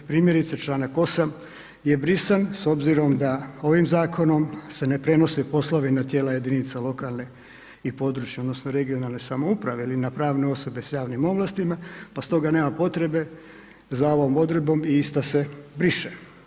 Primjerice, članak 8 je brisan s obzirom da ovim zakonom se ne prenose poslovi na tijela jedinica lokalne i područne (regionalne) samouprave ili na pravne osobe s javnim ovlastima pa stoga nema potrebe za ovom odredbom i ista se briše.